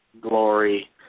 glory